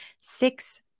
six